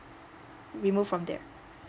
remove from there